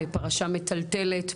פרשה מטלטלת,